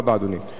תודה רבה, אדוני.